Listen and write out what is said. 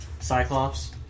Cyclops